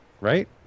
Right